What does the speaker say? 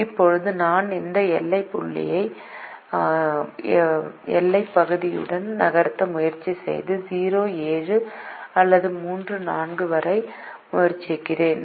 இப்போது நான் இந்த எல்லைப் புள்ளியை எல்லைப் பகுதியுடன் நகர்த்த முயற்சி செய்து 0 7 அல்லது 3 4 வர முயற்சிக்கிறேன்